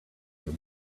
for